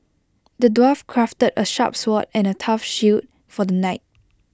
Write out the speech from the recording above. the dwarf crafted A sharp sword and A tough shield for the knight